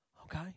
Okay